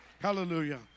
Hallelujah